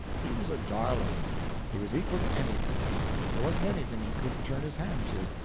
he was a darling he was equal to anything there wasn't anything he couldn't turn his hand to.